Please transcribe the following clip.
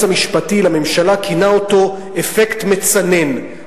המשפטי לממשלה כינה אותו אפקט מצנן,